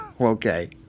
Okay